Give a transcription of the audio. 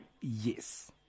Yes